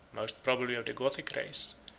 most probably of the gothic race,